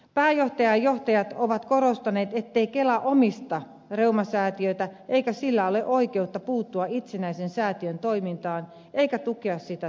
pääjohtaja ja johtajat ovat korostaneet ettei kela omista reumasäätiötä eikä sillä ole oikeutta puuttua itsenäisen säätiön toimintaan eikä tukea sitä taloudellisesti